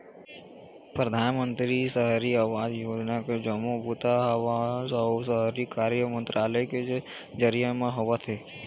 परधानमंतरी सहरी आवास योजना के जम्मो बूता ह आवास अउ शहरी कार्य मंतरालय के जरिए म होवत हे